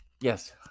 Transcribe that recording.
Yes